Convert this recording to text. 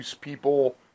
people